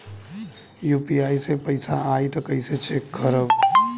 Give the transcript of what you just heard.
UPI से पैसा आई त कइसे चेक खरब?